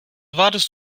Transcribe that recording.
wartest